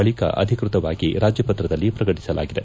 ಬಳಕ ಅಧಿಕೃತವಾಗಿ ರಾಜ್ಯಪತ್ರದಲ್ಲಿ ಪ್ರಕಟಿಸಲಾಗಿದೆ